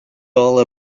all